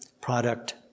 product